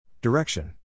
Direction